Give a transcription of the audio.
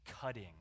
cutting